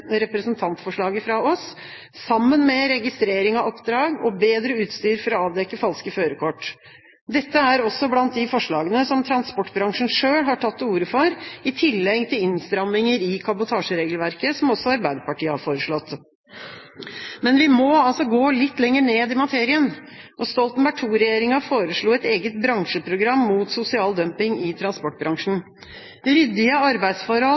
representantforslaget fra oss, sammen med registrering av oppdrag og bedre utstyr for å avdekke falske førerkort. Dette er også blant de forslagene transportbransjen selv har tatt til orde for, i tillegg til innstramminger i kabotasjeregelverket, som også Arbeiderpartiet har foreslått. Likevel må vi altså gå litt lenger ned i materien. Stoltenberg II-regjeringa foreslo et eget bransjeprogram mot sosial dumping i transportbransjen. Ryddige arbeidsforhold